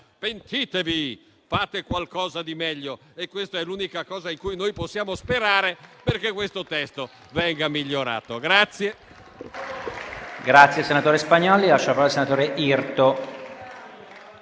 «Pentitevi, fate qualcosa di meglio!»: questa è l'unica cosa in cui possiamo sperare perché questo testo venga migliorato.